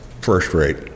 first-rate